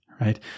right